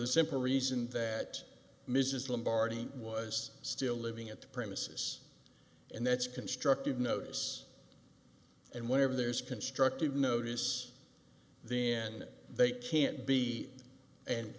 the simple reason that mrs lim bharti was still living at the premises and that's constructive notice and whenever there's constructive notice then they can't be an